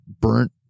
burnt